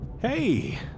Hey